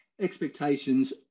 expectations